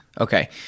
Okay